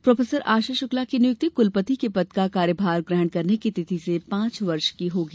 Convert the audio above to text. pro Asha Shukla की नियुक्ति कुलपति के पद का कार्यभार ग्रहण करने की तिथि से पांच वर्ष की होगी